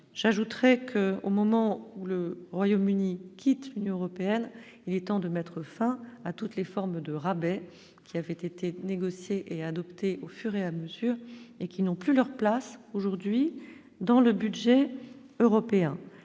j'ajouterai qu'au moment où le Royaume-Uni quitte l'Union européenne, il est temps de mettre fin à toutes les formes de rabais qui avaient été négociés et adoptés au fur et à mesure et qui n'ont plus leur place aujourd'hui dans le budget européen